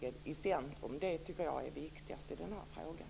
Det är det som är det som är viktigast i den här frågan.